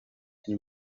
and